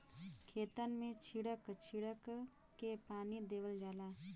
खेतन मे छीड़क छीड़क के पानी देवल जाला